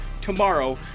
tomorrow